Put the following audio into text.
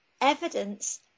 evidence